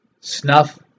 snuff